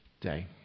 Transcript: day